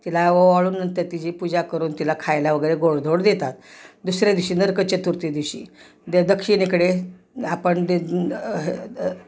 तिला ओवाळून नंतर तिची पूजा करून तिला खायला वगैरे गोडधोड देतात दुसऱ्या दिवशी नरक चतुर्ती दिवशी द दक्षिणेकडे आपण ते